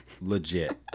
Legit